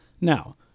Now